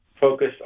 focus